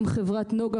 גם חברת נגה,